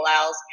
allows